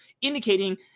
indicating